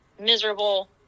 miserable